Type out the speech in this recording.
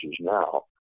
now